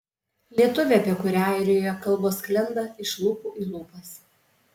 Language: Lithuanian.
lietuvė apie kurią airijoje kalbos sklinda iš lūpų į lūpas